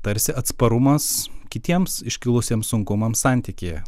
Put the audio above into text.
tarsi atsparumas kitiems iškilusiems sunkumams santykyje